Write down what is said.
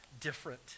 different